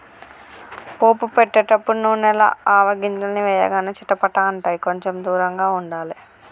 పోపు పెట్టేటపుడు నూనెల ఆవగింజల్ని వేయగానే చిటపట అంటాయ్, కొంచెం దూరంగా ఉండాలే